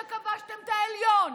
שכבשתם את העליון,